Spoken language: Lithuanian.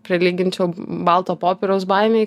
prilyginčiau balto popieriaus baimei